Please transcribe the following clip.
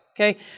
Okay